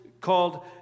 called